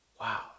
Wow